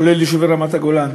כולל יישובי רמת-הגולן.